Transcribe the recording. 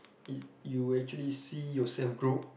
it you actually see yourself grow